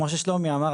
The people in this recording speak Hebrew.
כמו ששלומי אמר,